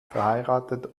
verheiratet